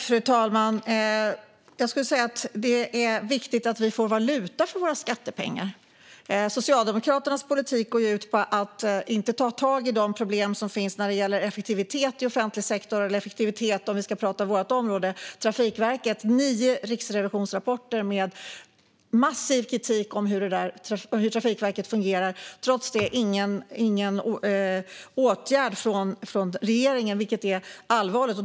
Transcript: Fru talman! Det är viktigt att vi får valuta för våra skattepengar. Socialdemokraternas politik går ut på att inte ta tag i de problem som finns när det gäller effektivitet i offentlig sektor. Effektivitet om vi ska tala om vårt område gäller Trafikverket. Det finns nio riksrevisionsrapporter med massiv kritik mot hur Trafikverket fungerar. Trots det vidtas ingen åtgärd från regeringen, vilket är allvarligt.